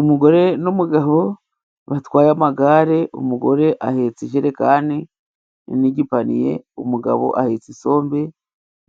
Umugore n'umugabo batwaye amagare, umugore ahetse ijerekani n'igipaniye, umugabo ahetse isombe